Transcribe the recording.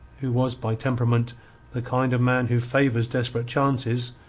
who was by temperament the kind of man who favours desperate chances,